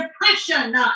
depression